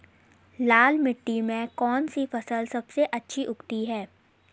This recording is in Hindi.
लाल मिट्टी में कौन सी फसल सबसे अच्छी उगती है?